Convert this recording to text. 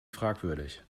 fragwürdig